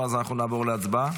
אם לא נעבור להצבעה.